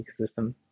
ecosystem